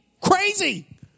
crazy